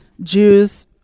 Jews